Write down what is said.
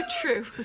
True